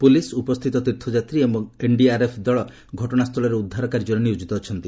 police ଉପସ୍ଥିତ ତୀର୍ଥଯାତ୍ରୀ ଏବଂ ଏନ୍ଡିଆର୍ଏଫ୍ ଦଳ ଘଟଣା ସ୍ଥଳରେ ଉଦ୍ଧାର କାର୍ଯ୍ୟରେ ନିୟୋଜିତ ଅଛନ୍ତି